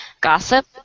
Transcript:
gossip